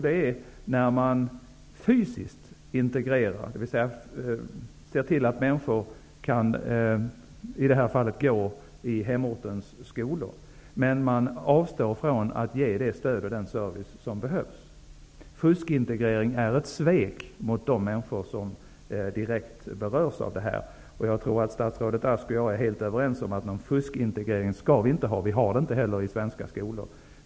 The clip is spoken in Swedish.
Det är när man fysiskt integrerar, dvs. ser till att människor kan gå i hemortens skolor, men man avstår från att ge det stöd och den service som behövs. Fuskintegrering är ett svek mot de människor som direkt berörs av detta. Jag tror att statsrådet Ask och jag är helt överens om att vi inte skall ha någon fuskintegrering. Vi har det inte heller i svenska skolor.